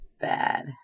Bad